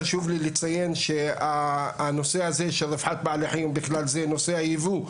חשוב לי לציין שהנושא הזה של רווחת בעלי חיים בכלל זה נושא היבוא,